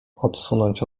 odsunąć